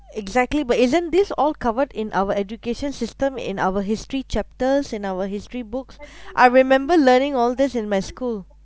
exactly but isn't this all covered in our education system in our history chapters in our history books I remember learning all this in my school